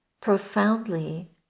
profoundly